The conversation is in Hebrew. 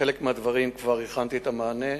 על חלק מהדברים כבר הכנתי את המענה,